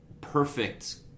perfect